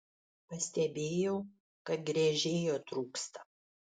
pastebėjau kad gręžėjo trūksta